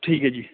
ਠੀਕ ਹੈ ਜੀ